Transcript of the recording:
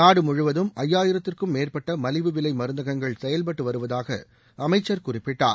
நாடு முழுவதும் ஐயாயிரத்திற்கு மேற்பட்ட மலிவு விலை மருந்தகங்கள் செயல்பட்டு வருவதாக அமைச்சர் குறிப்பிட்டார்